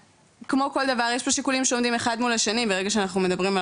כמו כל דבר יש פה שיקולים שעומדים אחד מול השני ברגע שאנחנו מדברים על